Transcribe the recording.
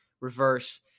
reverse